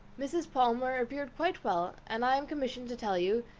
mrs. palmer appeared quite well, and i am commissioned to tell you,